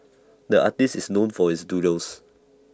the artist is known for his doodles